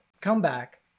comeback